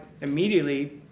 immediately